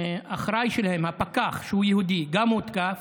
האחראי שלהם, הפקח, שהוא יהודי, גם הותקף.